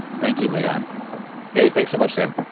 thank you, leon hey, thanks so much, sam